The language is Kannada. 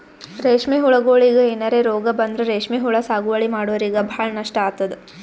ರೇಶ್ಮಿ ಹುಳಗೋಳಿಗ್ ಏನರೆ ರೋಗ್ ಬಂದ್ರ ರೇಶ್ಮಿ ಹುಳ ಸಾಗುವಳಿ ಮಾಡೋರಿಗ ಭಾಳ್ ನಷ್ಟ್ ಆತದ್